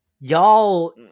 Y'all